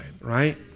right